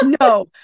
no